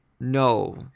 No